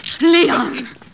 Leon